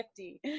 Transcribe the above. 50